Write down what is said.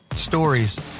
Stories